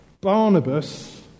Barnabas